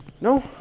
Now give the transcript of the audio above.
No